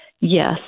Yes